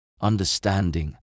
understanding